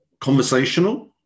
conversational